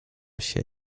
się